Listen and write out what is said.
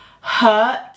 hurt